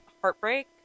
heartbreak